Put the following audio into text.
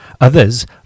Others